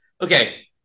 Okay